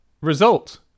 result